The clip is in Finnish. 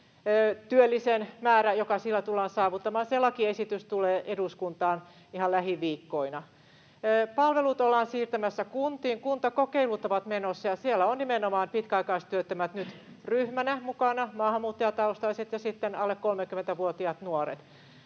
työllisen määrä, joka sillä tullaan saavuttamaan. Se lakiesitys tulee eduskuntaan ihan lähiviikkoina. Palvelut ollaan siirtämässä kuntiin, kuntakokeilut ovat menossa, ja siellä on nimenomaan pitkäaikaistyöttömät nyt ryhmänä mukana, maahanmuuttajataustaiset ja sitten alle 30-vuotiaat nuoret.